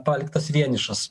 paliktas vienišas